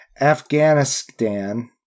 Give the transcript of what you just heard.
Afghanistan